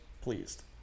pleased